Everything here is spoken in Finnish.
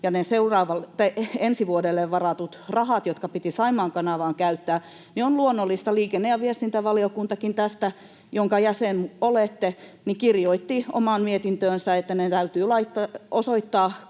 ne ensi vuodelle varatut rahat, jotka piti Saimaan kanavaan käyttää, on luonnollista — liikenne- ja viestintävaliokuntakin tästä, jonka jäsen olette, kirjoitti niin omaan mietintöönsä — osoittaa